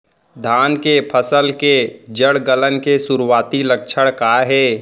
धान के फसल के जड़ गलन के शुरुआती लक्षण का हे?